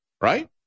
Right